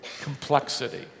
complexity